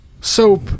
soap